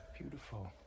beautiful